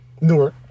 newer